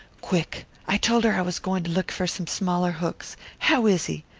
quick! i told her i was goin' to look for some smaller hooks how is he?